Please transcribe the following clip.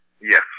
Yes